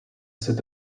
set